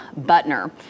Butner